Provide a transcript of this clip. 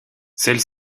celle